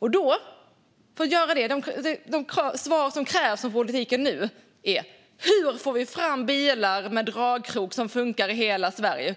Det som krävs av politiken nu för att göra det är svar på hur vi får fram elbilar med dragkrok som funkar i hela Sverige